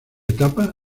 etapa